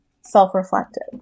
self-reflective